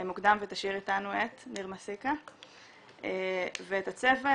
מוקדם ותשאיר איתנו את ניר מסיקה ואת הצוות.